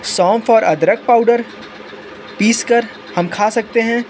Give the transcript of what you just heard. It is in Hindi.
सौंफ और अदरक पाउडर पीसकर हम खा सकते हैं